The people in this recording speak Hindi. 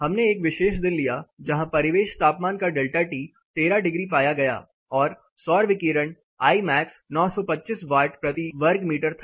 हमने एक विशेष दिन लिया जहां परिवेश तापमान का डेल्टा टी 13 डिग्री पाया गया और सौर विकिरण Imax 925 वाट प्रति वर्ग मीटर था